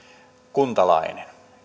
kuntalainen